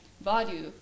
value